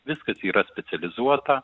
viskas yra specializuota